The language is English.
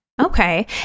Okay